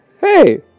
Hey